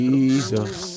Jesus